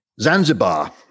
Zanzibar